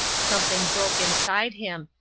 something broke inside him,